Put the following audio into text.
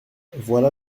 voilà